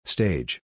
Stage